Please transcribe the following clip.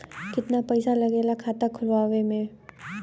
कितना पैसा लागेला खाता खोलवावे में?